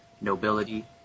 nobility